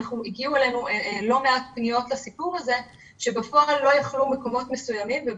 הגיעו אלינו לא מעט פניות בנושא הזה כאשר בפועל מקומות מסוימים לא יכלו,